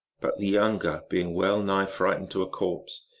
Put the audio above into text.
but the younger, being well-nigh frightened to a corpse,